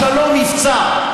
השלום יפציע.